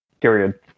Period